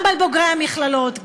גם על בוגרי המכללות,